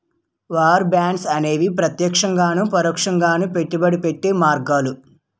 war bonds అనేవి ప్రత్యక్షంగాను పరోక్షంగాను పెట్టుబడి పెట్టే మార్గాలు